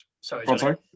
sorry